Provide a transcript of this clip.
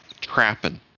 trapping